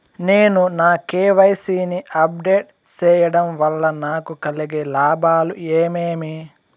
నేను నా కె.వై.సి ని అప్ డేట్ సేయడం వల్ల నాకు కలిగే లాభాలు ఏమేమీ?